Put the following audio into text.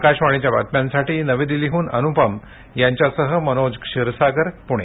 आकाशवाणीच्या बातम्यांसाठी नवी दिल्लीहून अनुपम यांच्यासह मनोज क्षीरसागर पुणे